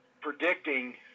predicting